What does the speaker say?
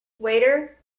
waiter